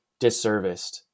disserviced